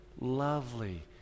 lovely